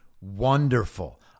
Wonderful